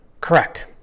Correct